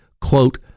quote